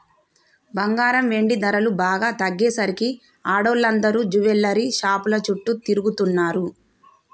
బంగారం, వెండి ధరలు బాగా తగ్గేసరికి ఆడోళ్ళందరూ జువెల్లరీ షాపుల చుట్టూ తిరుగుతున్నరు